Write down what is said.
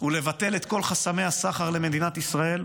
הוא לבטל את כל חסמי הסחר למדינת ישראל,